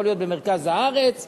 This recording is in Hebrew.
יכול להיות במרכז הארץ.